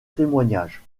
témoignage